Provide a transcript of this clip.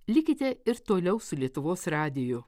likite ir toliau su lietuvos radiju